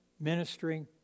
ministering